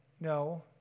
no